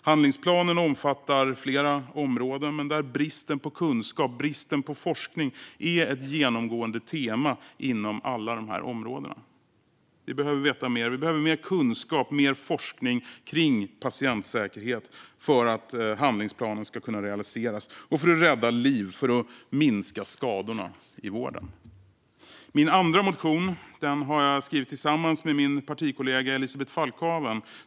Handlingsplanen omfattar flera områden, men bristen på kunskap och bristen på forskning är ett genomgående tema inom alla områden. Vi behöver veta mer. Vi behöver mer kunskap och mer forskning kring patientsäkerhet för att handlingsplanen ska kunna realiseras, för att rädda liv och för att minska skadorna i vården. Min andra motion har jag skrivit tillsammans med min partikollega Elisabeth Falkhaven.